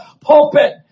pulpit